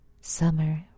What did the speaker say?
Summer